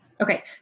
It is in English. Okay